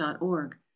org